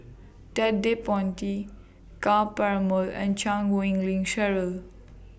Ted De Ponti Ka Perumal and Chan Wei Ling Cheryl